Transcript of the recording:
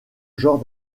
genre